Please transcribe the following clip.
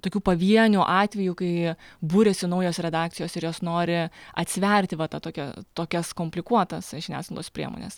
tokių pavienių atvejų kai buriasi naujos redakcijos ir jos nori atsverti va tokią tokias komplikuotas žiniasklaidos priemones